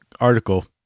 Article